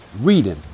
reading